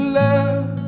love